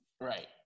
Right